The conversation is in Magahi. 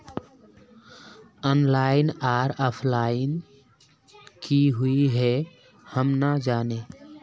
ऑनलाइन आर ऑफलाइन की हुई है हम ना जाने?